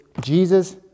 Jesus